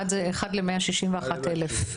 1 ל-161,000.